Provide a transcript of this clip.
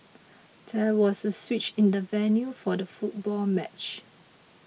there was a switch in the venue for the football match